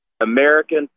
American